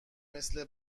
مثل